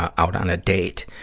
out on a date.